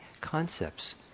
concepts